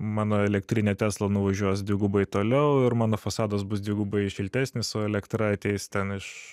mano elektrinė tesla nuvažiuos dvigubai toliau ir mano fasadas bus dvigubai šiltesnis o elektra ateis ten iš